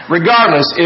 Regardless